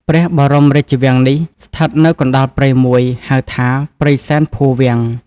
ព្រះបរមរាជវាំងនេះ ស្ថិតនៅកណ្តាលព្រៃមួយ ហៅថា ព្រៃសែនភូវាំង។